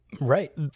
Right